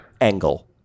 angle